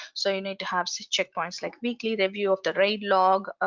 so you need to have so checkpoints like weekly review of the raid log. ah